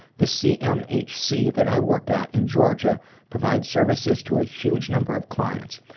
the c m h c that i work at in georgia provides services to a huge number of clients.